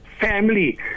family